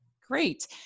Great